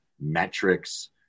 metrics